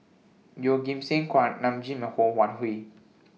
Yeoh Ghim Seng Kuak Nam Jin and Ho Wan Hui